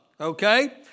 okay